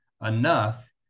enough